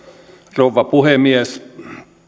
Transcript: rouva puhemies